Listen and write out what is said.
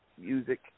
music